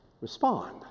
respond